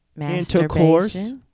intercourse